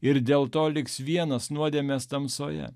ir dėl to liks vienas nuodėmės tamsoje